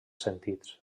sentits